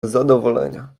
zadowolenia